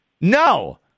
No